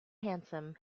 handsome